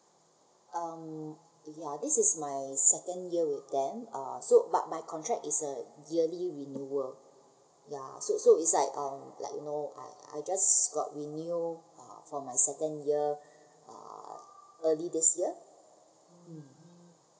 um ya this is my second year with them uh so but my contact is uh yearly renewal ya so so is like um like you know I I just got renew for uh early this year um